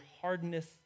hardness